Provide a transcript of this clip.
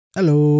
Hello